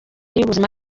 y’ubuzima